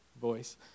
voice